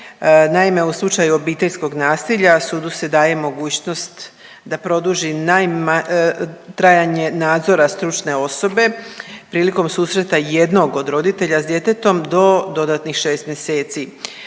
Naime, u slučaju obiteljskog nasilja sudu se daje mogućnost da produži .../nerazumljivo/... trajanje nadzora stručne osobe prilikom susreta jednog od roditelja s djetetom do dodatnih 6 mjeseci.